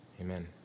Amen